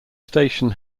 station